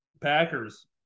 Packers